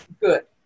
good